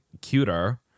cuter